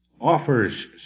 offers